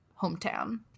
hometown